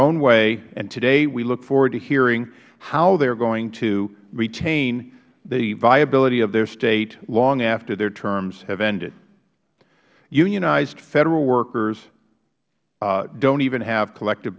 own way and today we look forward to hearing how they are going to retain the viability of their state long after their terms have ended unionized federal workers dont even have collective